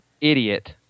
idiot